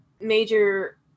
major